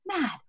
mad